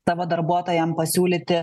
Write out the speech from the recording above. tavo darbuotojam pasiūlyti